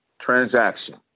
transaction